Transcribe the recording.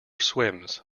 swims